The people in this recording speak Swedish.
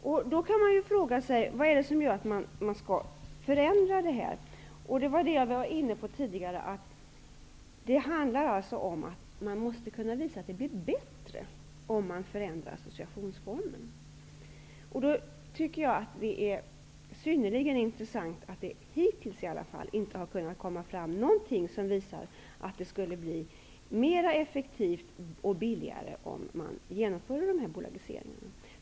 Då finns det ju anledning att fråga: Vad är det som gör att man skall förändra det här? Jag var inne på tidigare att det handlar om att man måste kunna visa att det blir bättre, om man förändrar associationsformen. Då tycker jag att det är synnerligen intressant att det, hittills i alla fall, inte har kunnat komma fram någonting som visar att det skulle bli mera effektivt och billigare, om man genomförde bolagiseringarna.